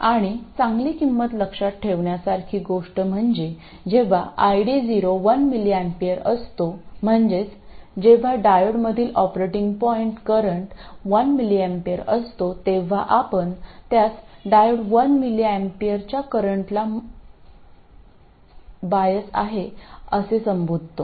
आणि चांगली किंमत लक्षात ठेवण्यासारखी गोष्ट म्हणजे जेव्हा ID0 1mA असतो म्हणजेच जेव्हा डायोडमधील ऑपरेटिंग पॉईंट करंट 1mA असतो तेव्हा आपण त्यास डायोड 1mAच्या करंटला बायास आहे असे संबोधतो